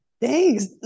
Thanks